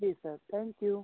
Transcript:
ji sir thank you